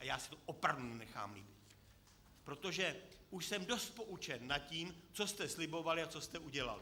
A já si to opravdu nenechám líbit, protože už jsem dost poučen o tom, co jste slibovali a co jste udělali.